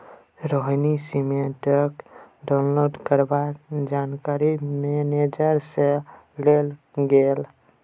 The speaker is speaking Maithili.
रोहिणी सर्टिफिकेट डाउनलोड करबाक जानकारी मेनेजर सँ लेल गेलै